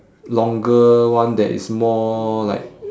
longer one that is more like